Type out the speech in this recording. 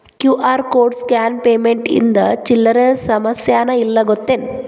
QR code scan payment ಇಂದ ಚಿಲ್ಲರ್ ಸಮಸ್ಯಾನ ಇಲ್ಲ ಗೊತ್ತೇನ್?